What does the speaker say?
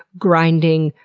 grinding,